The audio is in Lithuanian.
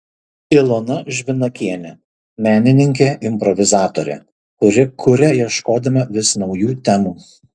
ilona žvinakienė menininkė improvizatorė kuri kuria ieškodama vis naujų temų